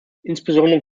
insbesondere